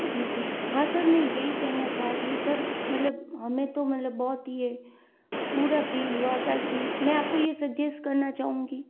जी sir हाँ sir मैं यही कहना चाहती हूँ सर मतलब हमें तो मतलब बहुत ये बुरा फील हुआ था कि मैं आपको यह सजेस्ट करना चाहूँगी